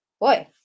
boy